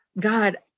God